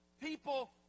People